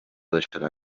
deixarà